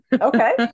Okay